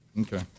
Okay